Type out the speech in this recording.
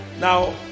now